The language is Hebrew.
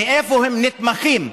מאיפה הם נתמכים.